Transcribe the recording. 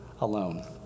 alone